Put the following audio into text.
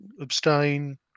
abstain